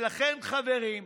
לכן, חברים,